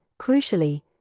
crucially